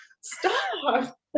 stop